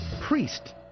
priest